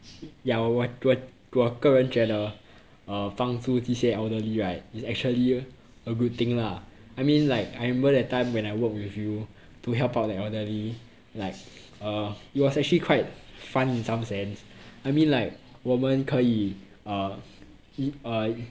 ya 我我个人觉得帮助这些 elderly right is actually a good thing lah I mean like I remember that time when I work with you to help out the elderly like err it was actually quite fun in some sense I mean like 我们可以 err e~ err